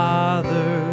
Father